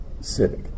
CIVIC